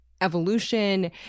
evolution